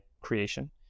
creation